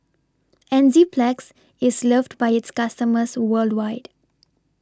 Enzyplex IS loved By its customers worldwide